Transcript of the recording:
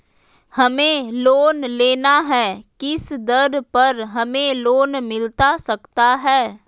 हमें लोन लेना है किस दर पर हमें लोन मिलता सकता है?